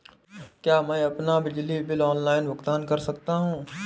क्या मैं अपना बिजली बिल ऑनलाइन भुगतान कर सकता हूँ?